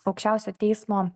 aukščiausio teismo